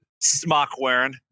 smock-wearing